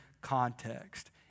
context